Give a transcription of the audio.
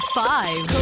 five